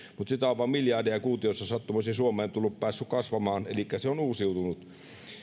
mutta sitä on miljardeja kuutioissa vain sattumoisin suomeen tullut päässyt kasvamaan elikkä se on uusiutunut